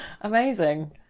Amazing